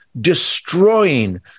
destroying